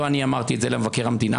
לא אני אמרתי את זה אלא מבקר המדינה.